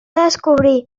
descobrir